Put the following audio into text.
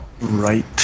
Right